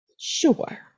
Sure